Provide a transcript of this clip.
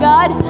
God